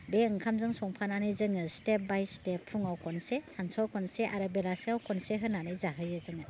बे ओंखामजों संफानानै जोङो स्टेप बाइ स्टेप फुङाव खनसे सानसुआव खनसे आरो बेलासियाव खनसे होनानै जाहोयो जोङो